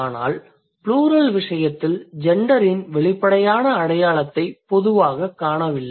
ஆனால் ப்ளூரல் விசயத்தில் ஜெண்டரின் வெளிப்படையான அடையாளத்தை பொதுவாகக் காணவில்லை